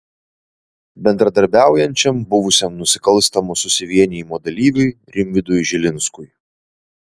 bendradarbiaujančiam buvusiam nusikalstamo susivienijimo dalyviui rimvydui žilinskui